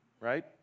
right